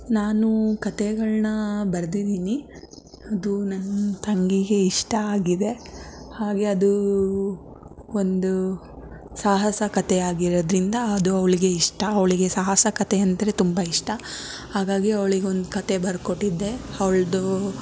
ನಾನು ಕಥೆಗಳನ್ನ ಬರ್ದಿದ್ದೀನಿ ಅದು ನನ್ನ ತಂಗಿಗೆ ಇಷ್ಟ ಆಗಿದೆ ಹಾಗೆ ಅದು ಒಂದು ಸಾಹಸ ಕಥೆಯಾಗಿರೋದ್ರಿಂದ ಅದು ಅವಳಿಗೆ ಇಷ್ಟ ಅವಳಿಗೆ ಸಾಹಸ ಕಥೆ ಅಂದರೆ ತುಂಬ ಇಷ್ಟ ಹಾಗಾಗಿ ಅವಳಿಗೊಂದು ಕಥೆ ಬರೆದು ಕೊಟ್ಟಿದ್ದೆ ಅವಳದು